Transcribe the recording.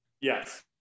Yes